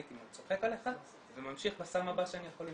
הייתי צוחק עליך וממשיך לסם הבא שאני יכול למצוא,